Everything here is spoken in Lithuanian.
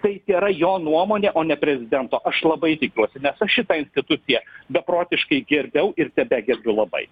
tai tėra jo nuomonė o ne prezidento aš labai tikiuosi nes aš šitą instituciją be protiškai gerbiau ir tebegerbiu labai